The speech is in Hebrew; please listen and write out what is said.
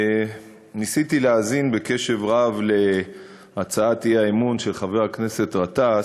ניסיתי להאזין בקשב רב להצעת האי-אמון של חבר הכנסת גטאס,